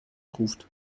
ruft